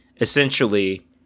essentially